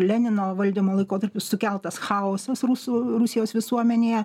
lenino valdymo laikotarpiu sukeltas chaosas rusų rusijos visuomenėje